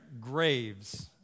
graves